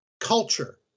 Culture